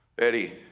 Eddie